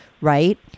Right